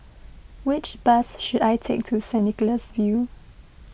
which bus should I take to Saint Nicholas View